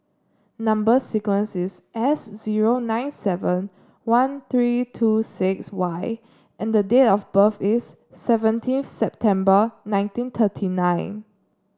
number sequence is S zero nine seven one three two six Y and date of birth is seventeen September nineteen thirty nine